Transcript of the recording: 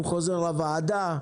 הוא חוזר לוועדה,